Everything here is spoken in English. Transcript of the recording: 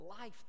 life